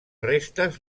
restes